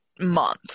month